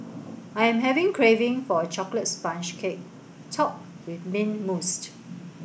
I'm having craving for a chocolate sponge cake topped with mint mousses